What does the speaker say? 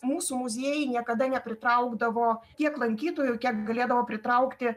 mūsų muziejai niekada nepritraukdavo tiek lankytojų kiek galėdavo pritraukti